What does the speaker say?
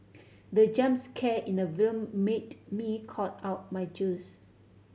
the jump scare in the film made me cough out my juice